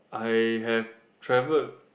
I have traveled